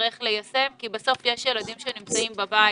נצטרך ליישם, כי בסוף יש ילדים שנמצאים בבית.